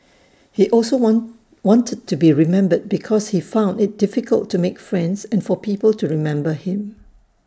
he also want wanted to be remembered because he found IT difficult to make friends and for people to remember him